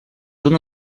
una